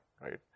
right